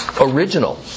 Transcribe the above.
original